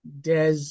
Des